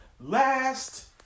Last